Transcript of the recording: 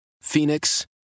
Phoenix